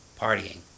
partying